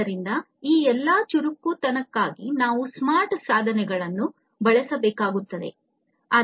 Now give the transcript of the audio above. ಆದ್ದರಿಂದ ಈ ಎಲ್ಲವನ್ನು ಚುರುಕಾಗಿಸಲು ನಾವು ಸ್ಮಾರ್ಟ್ ಸಾಧನಗಳನ್ನು ಬಳಸಬೇಕಾಗುತ್ತದೆ